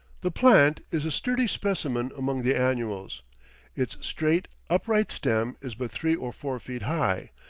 the plant is a sturdy specimen among the annuals its straight, upright stem is but three or four feet high,